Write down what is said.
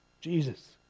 Jesus